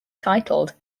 titled